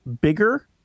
bigger